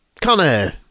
Connor